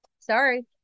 sorry